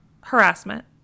harassment